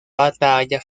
batalla